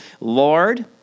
Lord